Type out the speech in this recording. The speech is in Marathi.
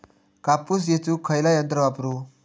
कापूस येचुक खयला यंत्र वापरू?